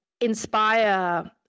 inspire